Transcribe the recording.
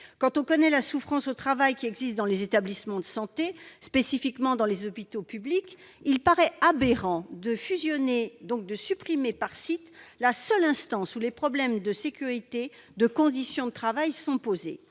Quand on sait la souffrance au travail qui existe dans les établissements de santé, particulièrement dans les hôpitaux publics, il paraît aberrant de fusionner les seules instances où les problèmes de sécurité et de conditions de travail sont abordés.